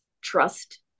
trust